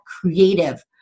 creative